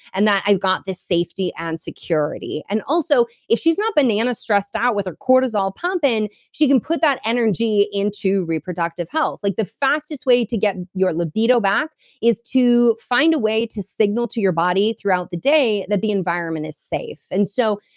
and that i've got this safety and security. and also, if she's not bananas stressed out with her cortisol pumping, she can put that energy into reproductive health. like the fastest way to get your libido back is to find a way to signal to your body throughout the day that the environment is safe and so,